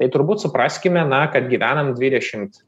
tai turbūt supraskime na kad gyvenam dvidešim